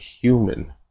human